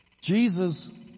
Jesus